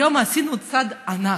היום עשינו צעד ענק,